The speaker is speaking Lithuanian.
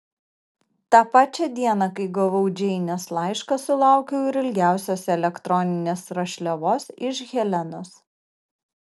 tą pačią dieną kai gavau džeinės laišką sulaukiau ir ilgiausios elektroninės rašliavos iš helenos